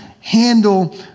handle